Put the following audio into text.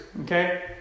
Okay